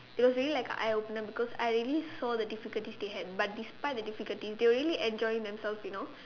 it was really like a eye opener because I already saw the difficulties they had but despite the difficulties they were really enjoying themselves you know